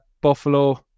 Buffalo